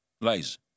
lies